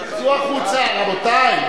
צאו החוצה, רבותי.